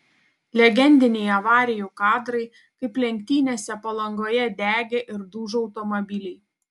legendiniai avarijų kadrai kaip lenktynėse palangoje degė ir dužo automobiliai